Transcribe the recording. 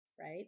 right